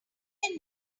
can